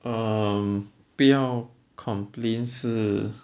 uh 不要 complain 是